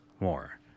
more